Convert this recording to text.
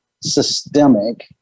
systemic